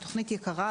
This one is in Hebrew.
היא תוכנית יקרה,